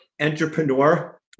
entrepreneur